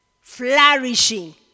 flourishing